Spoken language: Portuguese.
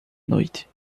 noite